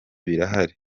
birahari